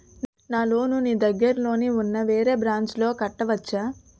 నా లోన్ నీ దగ్గర్లోని ఉన్న వేరే బ్రాంచ్ లో కట్టవచా?